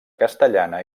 castellana